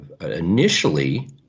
initially